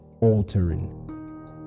altering